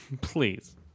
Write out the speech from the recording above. Please